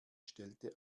stellte